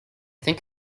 think